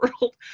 world